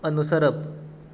अनुसरप